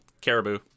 Caribou